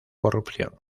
corrupción